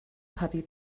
puppy